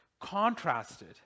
contrasted